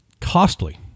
costly